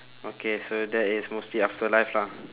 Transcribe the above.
okay so that is mostly afterlife lah